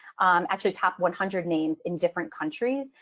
actually top one hundred names in different countries.